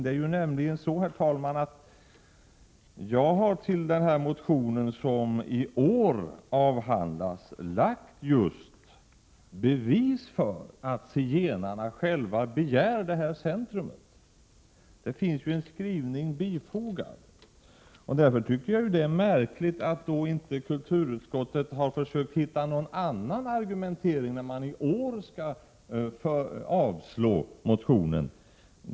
Jag har nämligen med anledning av årets behandling av motionen framlagt bevis för att zigenarna själva begär ett sådant centrum. Jag har bifogat en skrivning om detta. Därför tycker jag att det är märkligt att kulturutskottet inte har använt sig av någon annan argumentering när det i år har avstyrkt motionen.